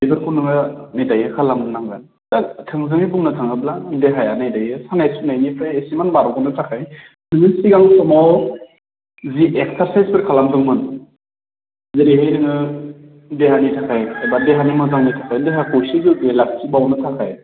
बेफोरखौ नोङो नै दायो खालामनांगोन दा थोंजोङै बुंनो थाङोब्ला देहाया नै दायो सानाय सुनायनिफ्राय एसेबां बारग'नो थाखाय नोङो सिगां समाव जि एकचारसाइसफोर खालामदोंमोन जेरैहाय नोङो देहानि थाखाय एबा देहानि मोजांनि थाखाय देहाखौ एसे गोगो लाखिबावनो थाखाय